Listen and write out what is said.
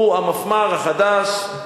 הוא המפמ"ר החדש,